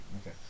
Okay